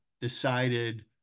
decided